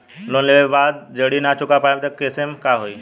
Loan लेवे के बाद जड़ी ना चुका पाएं तब के केसमे का होई?